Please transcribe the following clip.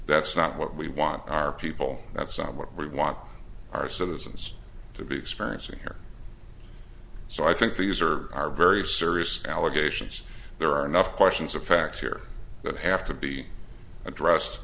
that's not what we want our people that's not what we want our citizens to be experiencing here so i think these are are very serious allegations there are enough questions of facts here that have to be addressed